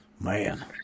Man